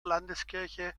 landeskirche